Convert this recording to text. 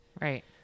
Right